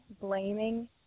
blaming